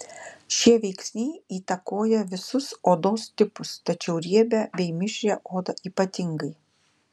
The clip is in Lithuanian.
šie veiksniai įtakoja visus odos tipus tačiau riebią bei mišrią odą ypatingai